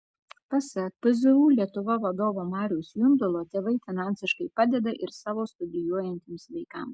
pasak pzu lietuva vadovo mariaus jundulo tėvai finansiškai padeda ir savo studijuojantiems vaikams